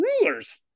rulers